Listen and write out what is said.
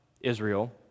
Israel